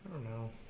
no